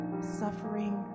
suffering